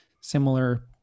similar